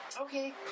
Okay